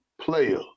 player